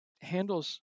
handles